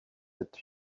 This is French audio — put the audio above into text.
cette